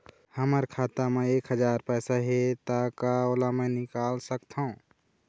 हमर खाता मा एक हजार पैसा हे ता का मैं ओला निकाल सकथव?